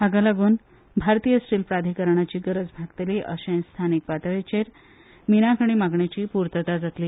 हाका लागून भारतीय स्टील प्राधिकरणाची गरज भागतली तशेंच थळाव्या पांवड्यार मिना खणी मागणेची पूर्तताय जातली